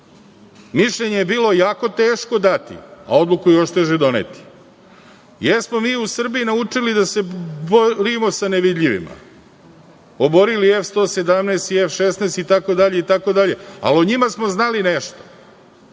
Mišljenje je bilo jako teško dati, a odluku još teže doneti. Jesmo mi u Srbiji naučili da se borimo sa nevidljivima. Oborili F-117 i F-16 itd, ali o njima smo znali nešto.